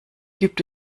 gibt